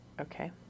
Okay